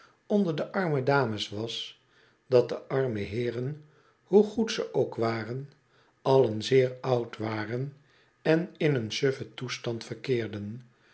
onder de arme dames was dat de arme heeren hoe goed ze ook waren allen zeer oud waren en in een suffen toestand verkeerden